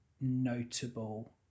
notable